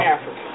Africa